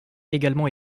également